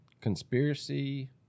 conspiracy